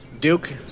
Duke